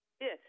Yes